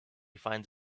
finds